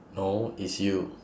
no it's you